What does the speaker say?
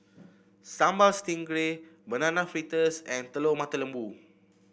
Sambal Stingray Banana Fritters and Telur Mata Lembu